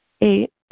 Eight